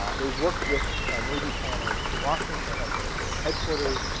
ah they worked with navy planners in washington at the headquarters.